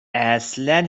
اصلا